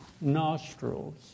nostrils